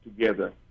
together